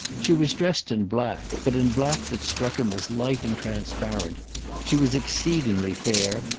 she was dressed in black, but in black that struck him as light and transparent she was exceedingly fair,